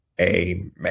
amen